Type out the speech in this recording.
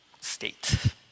state